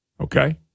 okay